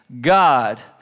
God